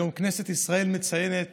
היום כנסת ישראל מציינת